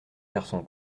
garçon